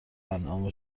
انعام